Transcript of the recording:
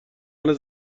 عنوان